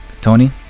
Tony